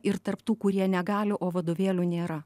ir tarp tų kurie negali o vadovėlių nėra